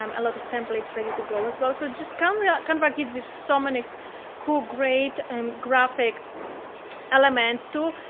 um a lot of templates ready to go as well. so it just canva ah canva gives you so many cool, great um graphic elements to